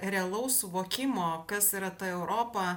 realaus suvokimo kas yra ta europa